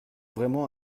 vraiment